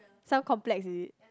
some complex is it